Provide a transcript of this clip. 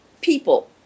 people